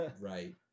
Right